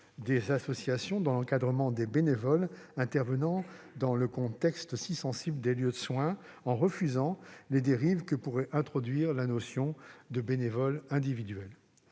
des associations dans l'encadrement des bénévoles qui interviennent dans le contexte, si sensible, des lieux de soins, en refusant les dérives que pourrait entraîner la notion de bénévole individuel.